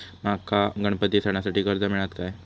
माका गणपती सणासाठी कर्ज मिळत काय?